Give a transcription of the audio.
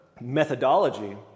methodology